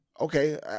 okay